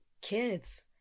kids